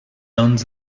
owns